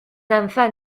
enfants